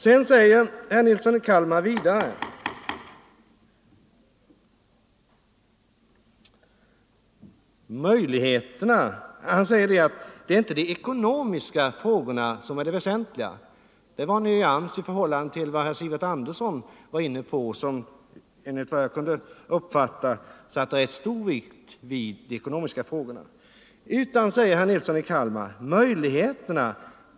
Herr Nilsson sade också att det inte är de ekonomiska frågorna som är det väsentliga. Det var en nyansskillnad i förhållande till vad Sivert Andersson i Stockholm var inne på. Efter vad har förstod fäste han ganska stor vikt vid de ekonomiska frågorna.